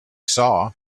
saw